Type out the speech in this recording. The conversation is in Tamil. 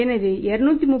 எனவே 231